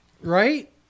Right